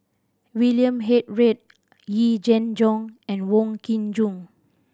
William Head Read Yee Jenn Jong and Wong Kin Jong